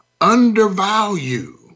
undervalue